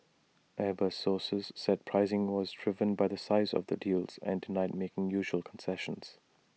airbus sources said pricing was driven by the size of the deals and denied making unusual concessions